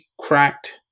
cracked